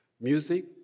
music